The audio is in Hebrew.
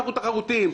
אנחנו תחרותיים.